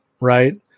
right